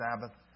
Sabbath